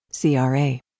CRA